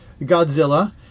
Godzilla